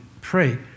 pray